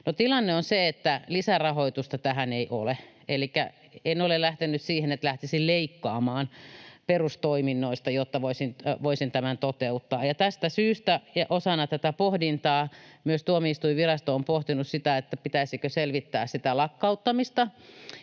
tilanne on se, että lisärahoitusta tähän ei ole. Elikkä en ole lähtenyt siihen, että lähtisin leikkaamaan perustoiminnoista, jotta voisin tämän toteuttaa. Ja tästä syystä ja osana tätä pohdintaa myös Tuomioistuinvirasto on pohtinut sitä, pitäisikö selvittää sitä lakkauttamista.